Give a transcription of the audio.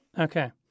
okay